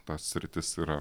ta sritis yra